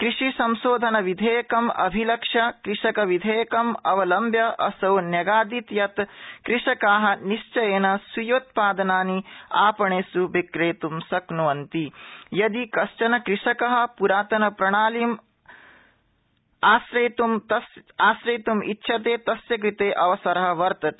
कृषिसंशोधनविधेयकम् अभिलक्ष्य कृषकविधेयकम् अवलम्ब्य असौ न्यगादीत् यत् कृषका निश्चयेन स्वीयोत्पादनानि आपणेषु विक्रेतुं शक्नुविन्त यदि कश्चन कृषक पुरातनप्रणालीम् आज़यितुं तस्य कृते अवसर वर्तते